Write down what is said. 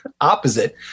opposite